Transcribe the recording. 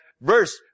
verse